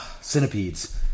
Centipedes